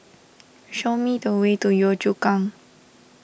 show me the way to Yio Chu Kang